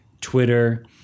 Twitter